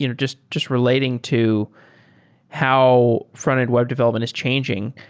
you know just just relating to how fronted web development is changing.